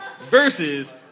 versus